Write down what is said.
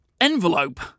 envelope